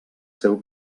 seu